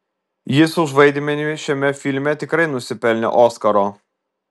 jis už vaidmenį šiame filme tikrai nusipelnė oskaro